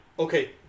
okay